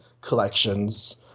collections